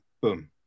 boom